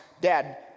Dad